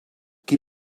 qui